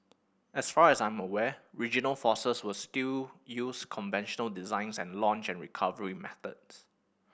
as far as I'm aware regional forces was still use conventional designs and launch and recovery methods